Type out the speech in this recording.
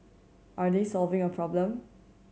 are they solving a problem